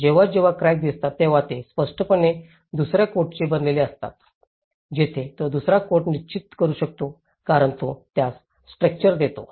जेव्हा जेव्हा क्रॅक दिसतील तेव्हा ते स्पष्टपणे दुसर्या कोटचे बनलेले असतात जेथे तो दुसरा कोट निश्चित करू शकतो कारण तो त्यास टेक्सचर देतो